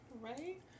Right